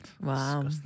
Wow